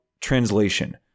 translation